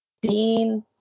Dean